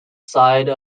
side